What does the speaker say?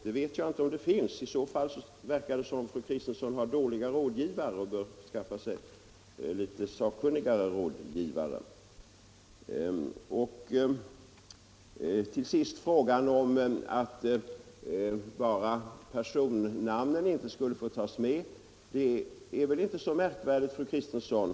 Det vet jag inte om att det gör; jag tycker det verkar som om fru Kristensson har dåliga rådgivare och bör skaffa sig sakkunnigare sådana. Till sist frågan om att personnamnen inte får tas med men däremot personnumren. Det är väl inte så märkvärdigt, fru Kristensson.